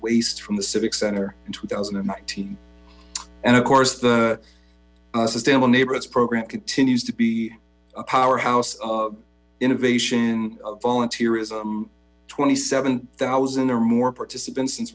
waste from the civic center in two thousand and nineteen and of course the sustainable neighbor its program continues to be a powerhouse of innovation volunteerism twenty seven thousand or more participants since